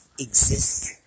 exist